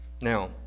Now